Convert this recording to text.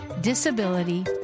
Disability